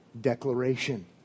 declaration